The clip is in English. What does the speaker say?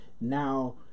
Now